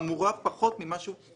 לא